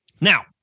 Now